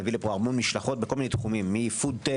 מביא לפה המון משלחות בהמון תחומים מפודטק,